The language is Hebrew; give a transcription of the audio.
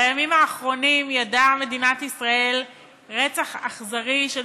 בימים האחרונים ידעה מדינת ישראל רצח אכזרי של